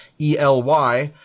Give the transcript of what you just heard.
ELY